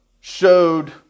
showed